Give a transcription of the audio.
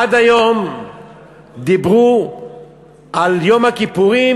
עד היום דיברו על יום הכיפורים,